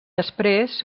després